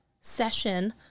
session